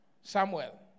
Samuel